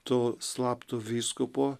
to slapto vyskupo